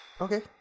Okay